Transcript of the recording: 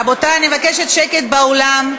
רבותי, אני מבקשת שקט באולם.